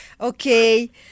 okay